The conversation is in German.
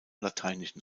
lateinischen